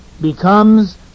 becomes